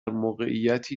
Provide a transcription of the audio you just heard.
موقعیتی